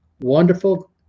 wonderful